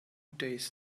days